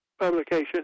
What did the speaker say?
publication